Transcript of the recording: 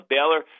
Baylor